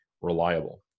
reliable